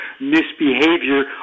misbehavior